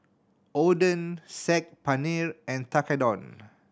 Oden Saag Paneer and Tekkadon